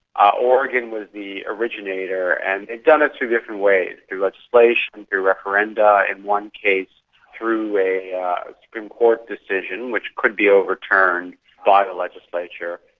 oregon was the originator and they've done it two different ways through legislation, through referenda, in one case through a supreme court decision which could be overturned by the legislature,